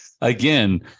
again